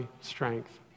strength